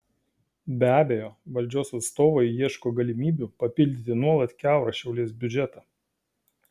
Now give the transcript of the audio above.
be abejo valdžios atstovai ieško galimybių papildyti nuolat kiaurą šalies biudžetą